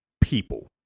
people